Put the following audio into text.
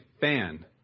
fan